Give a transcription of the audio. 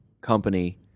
Company